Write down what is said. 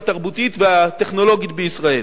התרבותית והטכנולוגית בישראל.